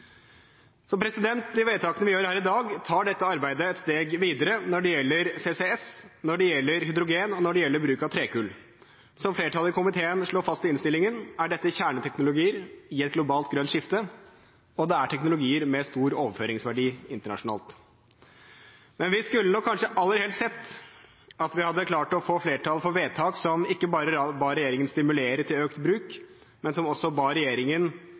De vedtakene vi gjør her i dag, tar dette arbeidet et steg videre når det gjelder CCS, når det gjelder hydrogen, og når det gjelder bruk av trekull. Som flertallet i komiteen slår fast i innstillingen, er dette kjerneteknologier i et globalt grønt skifte, og det er teknologier med stor overføringsverdi internasjonalt. Vi skulle nok kanskje aller helst sett at vi hadde klart å få flertall for vedtak som ikke bare ba regjeringen stimulere til økt bruk, men som også ba regjeringen